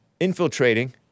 Infiltrating